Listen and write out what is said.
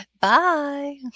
Bye